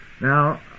Now